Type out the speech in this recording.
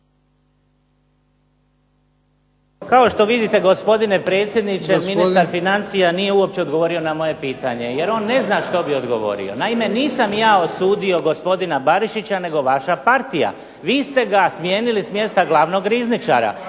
Kao što vidite gospodine predsjedniče ministar financija nije uopće odgovorio moje pitanje, jer on ne zna što bi odgovorio. Naime nisam ja osudio gospodina BArišića, nego vaša partija. Vi ste ga smijenili s mjesta glavnog rizničara.